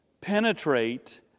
Penetrate